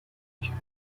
نکردم